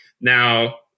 Now